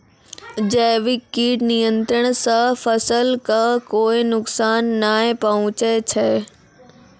जैविक कीट नियंत्रण सॅ फसल कॅ कोय नुकसान नाय पहुँचै छै